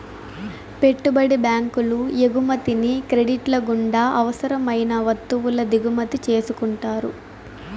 పెట్టుబడి బ్యాంకులు ఎగుమతిని క్రెడిట్ల గుండా అవసరం అయిన వత్తువుల దిగుమతి చేసుకుంటారు